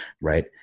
right